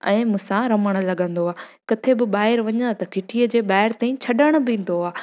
ऐं मूंसां रमण लॻंदो आहे किथे बि ॿाहिरि वञां त घिटीअ जे ॿाहिरि ताईं छॾण बि ईंदो आहे त